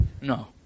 No